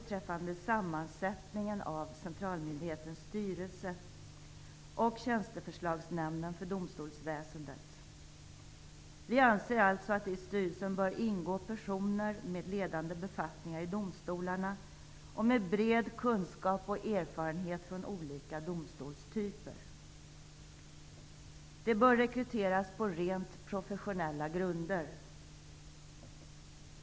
Tjänsteförslagsnämnden för domstolsväsendet. Vi anser alltså att det i styrelsen bör ingå personer med ledande befattningar i domstolarna och med bred kunskap och erfarenhet från olika domstolstyper. De bör rekryteras på rent professionella grunder.